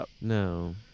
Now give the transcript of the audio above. No